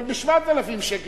אבל, ב-7,000 שקל.